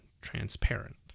Transparent